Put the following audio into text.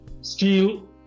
steel